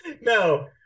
No